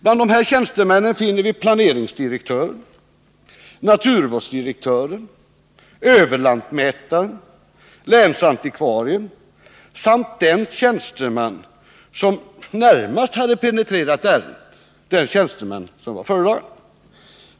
Bland dessa tjänstemän finner vi planeringsdirektören, naturvårdsdirektören, överlantmätaren, länsantikvarien samt den tjänsteman som var föredragande och som mest ingående hade penetrerat ärendet.